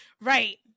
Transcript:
Right